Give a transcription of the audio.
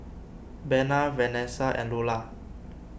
Bena Venessa and Lulla